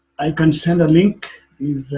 i can send a link